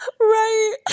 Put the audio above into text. Right